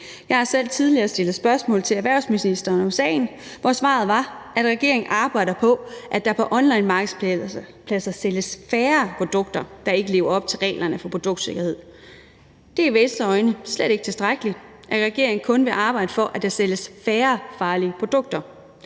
Jeg har selv tidligere stillet spørgsmål til erhvervsministeren om sagen, hvor svaret var, at regeringen arbejder på, at der på onlinemarkedspladser sælges færre produkter, der ikke lever op til reglerne for produktsikkerhed. Det er i Venstres øjne slet ikke tilstrækkeligt, at regeringen kun vil arbejde for, at der sælges færre farlige produkter.